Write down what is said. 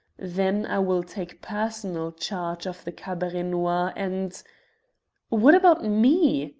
then i will take personal charge of the cabaret noir, and what about me?